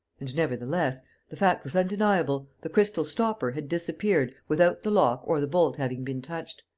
and, nevertheless the fact was undeniable the crystal stopper had disappeared without the lock or the bolt having been touched.